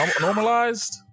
normalized